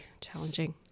challenging